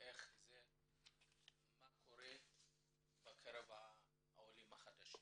במה קורה בקרב העולים החדשים.